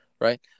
Right